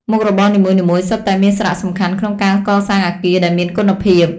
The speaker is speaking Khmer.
មុខរបរនីមួយៗសុទ្ធតែមានសារៈសំខាន់ក្នុងការកសាងអគារដែលមានគុណភាព។